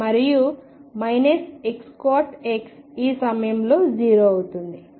మరియు Xcot X ఈ సమయంలో 0 అవుతుంది